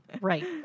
Right